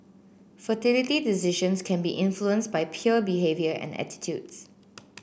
fertility decisions can be influenced by peer behaviour and attitudes